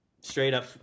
straight-up